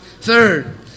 Third